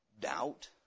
doubt